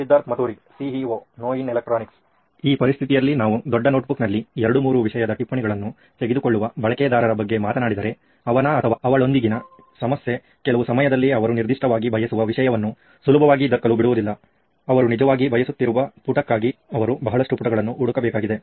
ಸಿದ್ಧಾರ್ಥ್ ಮತುರಿ ಸಿಇಒ ನೋಯಿನ್ ಎಲೆಕ್ಟ್ರಾನಿಕ್ಸ್ ಈ ಪರಿಸ್ಥಿತಿಯಲ್ಲಿ ನಾವು ದೊಡ್ಡ ನೋಟ್ ಬುಕ್ ನಲ್ಲಿ 2 3 ವಿಷಯದ ಟಿಪ್ಪಣಿಗಳನ್ನು ತೆಗೆದುಕೊಳ್ಳುವ ಬಳಕೆದಾರರ ಬಗ್ಗೆ ಮಾತನಾಡಿದರೆ ಅವನ ಅಥವಾ ಅವಳೊಂದಿಗಿನ ಸಮಸ್ಯೆ ಕೆಲವು ಸಮಯದಲ್ಲಿ ಅವರು ನಿರ್ದಿಷ್ಟವಾಗಿ ಬಯಸುವ ವಿಷಯವನ್ನು ಸುಲಭವಾಗಿ ದಕ್ಕಲು ಬಿಡುವುದಿಲ್ಲ ಅವರು ನಿಜವಾಗಿ ಬಯಸುತ್ತಿರುವ ಪುಟಕ್ಕಾಗಿ ಅವರು ಬಹಳಷ್ಟು ಪುಟಗಳನ್ನು ಹುಡಕಬೇಕಾಗಿದೆ